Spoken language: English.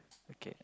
okay